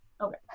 Okay